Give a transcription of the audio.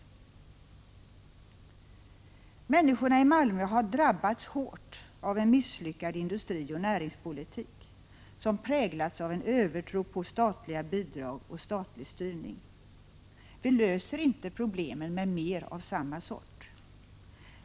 Människorna i Malmö har drabbats hårt av en misslyckad industrioch näringspolitik som präglats av en övertro på statliga bidrag och statlig styrning. Vi löser inte problemen med mer av samma sort.